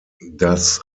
das